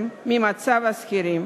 יושבים אנשים שלא אכפת להם ממצב השכירים.